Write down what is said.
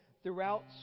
throughout